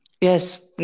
yes